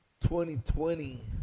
2020